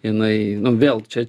jinai vėl čia